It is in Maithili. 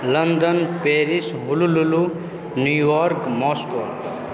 London Paris Honolulu New York Moscow